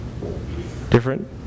different